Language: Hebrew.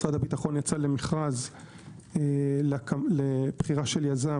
משרד הביטחון יצא למכרז לבחירת יזם,